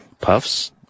Puffs